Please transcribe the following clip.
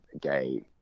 gay